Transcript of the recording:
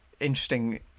Interesting